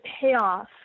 payoff